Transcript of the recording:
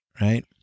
right